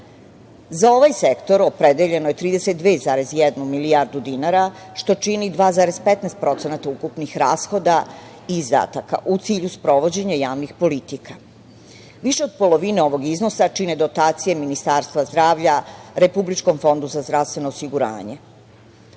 ovaj sektor, opredeljeno je 32,1 milijarda dinara, što čini 2,15% ukupnih rashoda i izdataka, u cilju sprovođenja javnih politika. Više od polovine ovih iznosa čine dotacije Ministarstva zdravlja Republičkom fondu za zdravstveno osiguranje.